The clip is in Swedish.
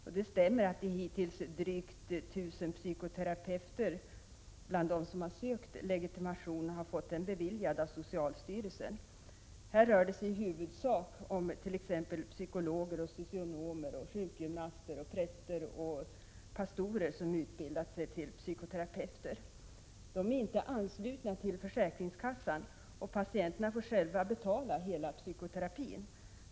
Och det stämmer att det hittills är drygt 1 000 psykoterapeuter bland dem som sökt legitimation och har fått den beviljad av socialstyrelsen. Här rör det sig i huvudsak om t.ex. psykologer, socionomer, sjukgymnaster, präster eller pastorer som utbildat sig till psykoterapeuter. De är inte anslutna till försäkringskassan, och patienterna får själva betala hela psykoterapin.